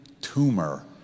tumor